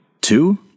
Two